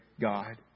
God